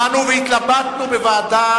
באנו והתלבטנו בוועדה,